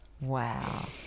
Wow